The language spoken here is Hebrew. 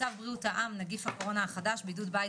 צו בריאות העם (נגיף הקורונה החדש) (בידוד בית